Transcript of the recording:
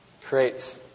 creates